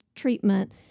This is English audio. treatment